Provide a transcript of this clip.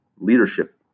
leadership